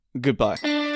Goodbye